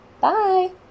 Bye